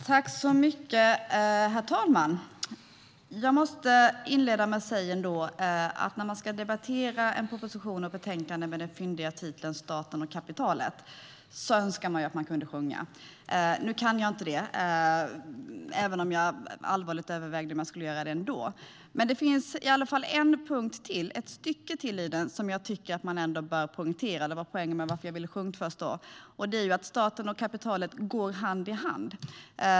Herr talman! När vi nu ska debattera en proposition och ett betänkande med den fyndiga titeln Staten och kapitalet önskar jag att jag kunde sjunga. Nu kan jag inte det. Men jag övervägde på allvar att göra det ändå. Det finns en strof i låten som jag tycker bör poängteras. Det var det som gjorde att jag ville sjunga; det är att staten och kapitalet går sida vid sida.